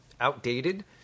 outdated